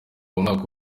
umwaka